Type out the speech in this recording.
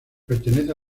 pertenece